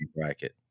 bracket